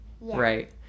right